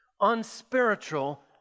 unspiritual